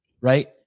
right